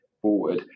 forward